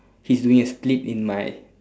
he's doing a split in my